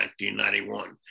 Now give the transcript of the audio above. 1991